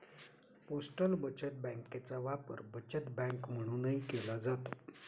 postal बचत बँकेचा वापर बचत बँक म्हणूनही केला जातो